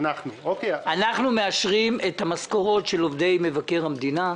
אנחנו מאשרים את המשכורות של עובדי מבקר המדינה,